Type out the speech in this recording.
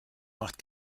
macht